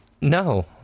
No